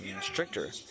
stricter